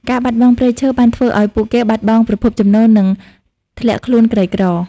ការបាត់បង់ព្រៃឈើបានធ្វើឱ្យពួកគេបាត់បង់ប្រភពចំណូល និងធ្លាក់ខ្លួនក្រីក្រ។